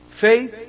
faith